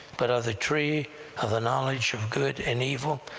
but of the tree of the knowledge of good and evil,